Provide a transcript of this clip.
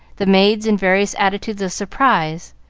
the maids in various attitudes of surprise,